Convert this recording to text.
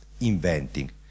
inventing